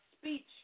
speech